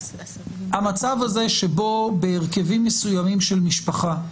המצב הזה שבו בהרכבים מסוימים של משפחה,